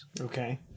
Okay